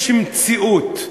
יש מציאות.